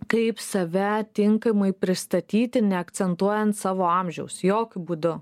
kaip save tinkamai pristatyti neakcentuojant savo amžiaus jokiu būdu